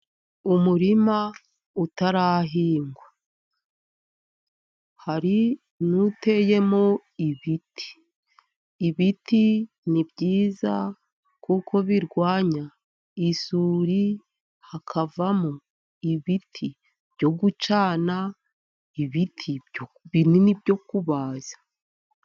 Umurima utarahingwa. Hari n'uteyemo ibiti. Ibiti ni byiza kuko birwanya isuri, hakavamo ibiti byo gucana, ibiti binini byo kubaza.